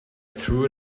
threw